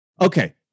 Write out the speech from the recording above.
okay